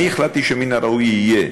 אני החלטתי שמן הראוי יהיה,